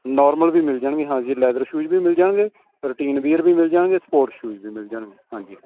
normal ਵੀ ਮਿਲ ਜਾਣਗੇ ਹਾਂ ਜੀ ਲੈਦਰ ਸ਼ੂਜ਼ ਵੀ ਮਿਲ ਜਾਣਗੇ ਰੁਟੀਨ ਵੀਅਰ ਵੀ ਮਿਲ ਜਾਣਗੇ ਸਪੋਰਟਸ ਵੀ ਮਿਲ ਜਾਣਗੇ ਹਾਂਜੀ ਹਾਂ